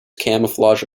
camouflage